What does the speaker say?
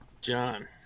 John